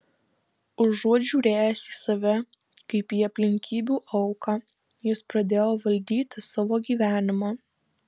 užuot žiūrėjęs į save kaip į aplinkybių auką jis pradėjo valdyti savo gyvenimą